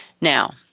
now